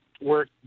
work